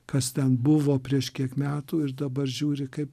kas ten buvo prieš kiek metų ir dabar žiūri kaip